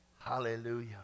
Hallelujah